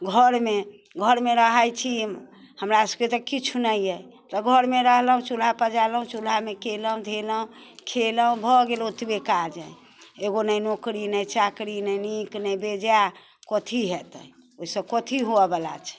घरमे घरमे रहै छी हमरा सबके तऽ किछु ने अइ तऽ घरमे रहलहुँ चूल्हा पजारलहुँ चूल्हामे केलहुँ धेलहुँ खेलहुँ भऽ गेल ओतबे काज एगो ने नोकरी ने चाकरी ने नीक ने बेजाय कथी हेतै ओइसँ कथी हुअवला छै